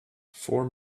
four